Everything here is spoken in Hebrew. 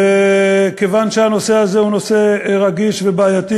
וכיוון שהנושא הזה הוא רגיש ובעייתי,